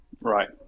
Right